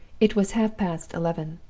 it was half-past eleven.